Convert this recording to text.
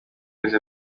yezu